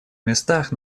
местах